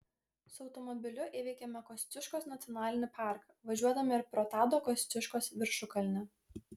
su automobiliu įveikėme kosciuškos nacionalinį parką važiuodami ir pro tado kosciuškos viršukalnę